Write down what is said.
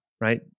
right